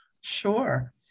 Sure